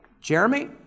Jeremy